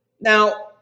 Now